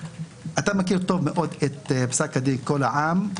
אתה מכיר טוב מאוד את פסק הדין קול העם,